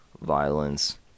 violence